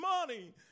money